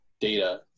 data